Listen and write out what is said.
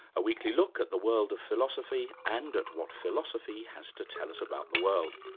a weekly look at the world of philosophy and at what philosophy has to tell us about the world.